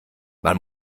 man